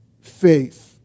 faith